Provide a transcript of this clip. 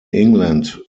england